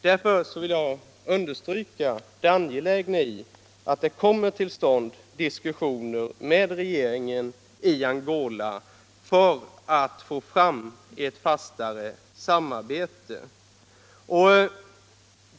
Därför vill jag understryka det angelägna i att det kommer till stånd diskussioner med regeringen i Angola för att få fram ett fastare samarbete.